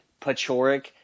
Pachoric